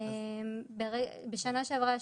בשנה שעברה,